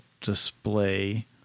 display